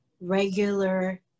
regular